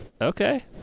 okay